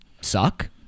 suck